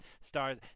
Stars